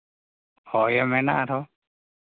ᱦᱳᱭ ᱢᱮᱱᱟᱜᱼᱟ ᱚᱱᱟ ᱨᱮᱦᱚᱸ